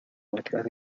muestras